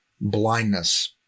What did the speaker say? blindness